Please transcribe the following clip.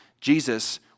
Jesus